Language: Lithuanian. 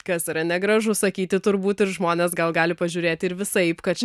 kas yra negražu sakyti turbūt ir žmonės gal gali pažiūrėti ir visaip kadčia